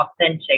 authentic